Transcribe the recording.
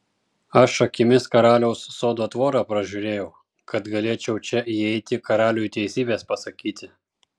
aš akimis karaliaus sodo tvorą pražiūrėjau kad galėčiau čia įeiti karaliui teisybės pasakyti